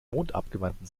mondabgewandten